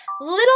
little